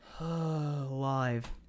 live